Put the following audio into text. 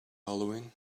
halloween